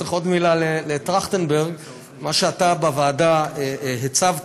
צריך עוד מילה לטרכטנברג: מה שאתה בוועדה הצבת,